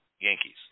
Yankees